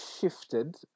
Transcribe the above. shifted